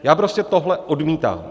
Já prostě tohle odmítám.